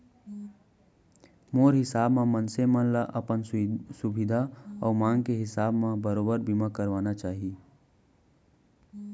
मोर हिसाब म मनसे मन ल अपन सुभीता अउ मांग के हिसाब म बरोबर बीमा करवाना चाही